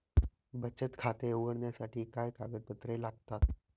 बचत खाते उघडण्यासाठी काय कागदपत्रे लागतात?